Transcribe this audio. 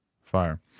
Fire